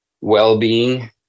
well-being